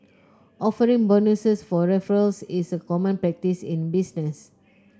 offering bonuses for referrals is a common practice in business